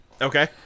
Okay